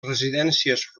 residències